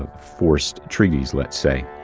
um forced treaties, let's say.